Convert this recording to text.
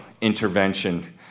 intervention